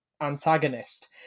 antagonist